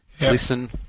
listen